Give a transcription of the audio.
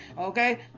okay